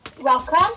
Welcome